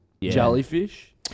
Jellyfish